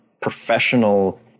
professional